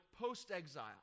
post-exile